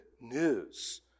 news